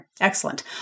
excellent